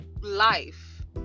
life